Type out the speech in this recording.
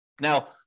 Now